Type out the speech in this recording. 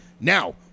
Now